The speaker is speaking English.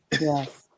Yes